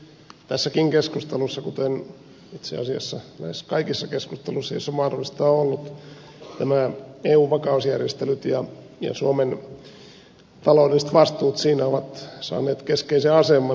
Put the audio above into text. tässäkin keskustelussa kuten itse asiassa näissä kaikissa keskusteluissa joissa se mahdollista on ollut nämä eun vakausjärjestelyt ja suomen taloudelliset vastuut niissä ovat saaneet keskeisen aseman